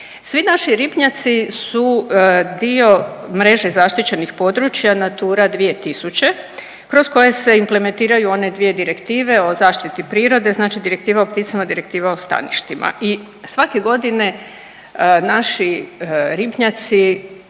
Svi naši ribnjaci su dio mreže zaštićenih područja Natura 2000 kroz koje se implementiraju one dvije direktive o zaštiti prirode, znači Direktiva o pticama, Direktiva o staništima i svake godine naši ribnjaci